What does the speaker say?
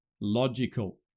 logical